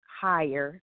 higher